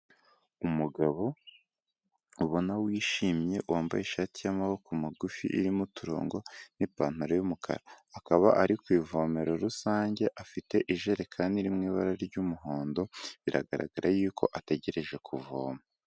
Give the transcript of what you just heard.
Umugabo ubona wishimye wambaye ishati y'amaboko magufi irimo uturongo n'ipantaro yumukara, akaba ari ku ivomero rusange afite ijerekani iri mu ibara ry'umuhondo biragaragara yuko ategereje kuvoma.